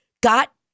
got